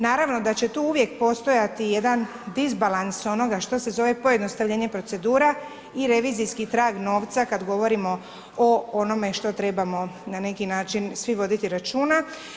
Naravno da će tu uvijek postojati jedan disbalans onoga što se zove pojednostavljenje procedura i revizijski trag novca, kada govorimo o onome što trebamo na neki način svi voditi računa.